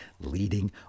leading